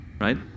right